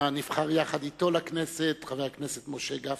שנבחר יחד אתו לכנסת, חבר הכנסת משה גפני,